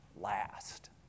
last